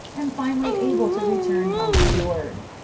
and finally able to return home cured.